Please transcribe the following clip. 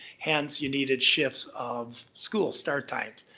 hence, you needed shifts of school start times,